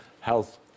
health